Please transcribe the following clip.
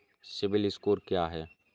CIBIL score क्या है?